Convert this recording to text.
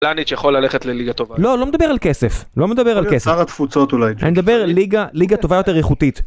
‫לניץ' יכולה ללכת לליגה טובה. ‫-לא, לא מדבר על כסף. ‫לא מדבר על כסף. ‫-אחר התפוצות אולי. ‫אני מדבר על ליגה טובה יותר איכותית.